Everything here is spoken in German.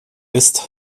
ist